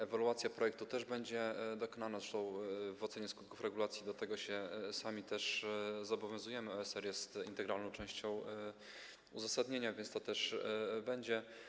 Ewaluacja projektu też będzie dokonana, zresztą w ocenie skutków regulacji do tego się sami zobowiązujemy, OSR jest integralną częścią uzasadnienia, więc to też będzie.